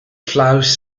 flows